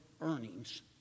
earnings